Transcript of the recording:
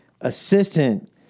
assistant